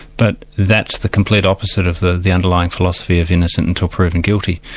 but that's the complete opposite of the the underlying philosophy of innocent until proven guilty.